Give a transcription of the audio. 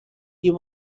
you